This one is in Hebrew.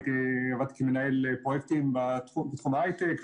עבדתי כמנהל פרויקטים בתחום ההיי-טק,